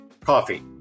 Coffee